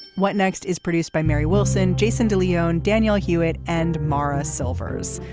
what next is produced by mary wilson jason de leon daniel hewett and mara silvers.